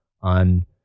on